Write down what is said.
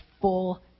full